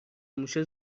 موشه